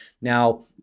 Now